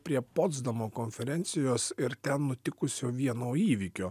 prie potsdamo konferencijos ir ten nutikusio vieno įvykio